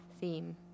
theme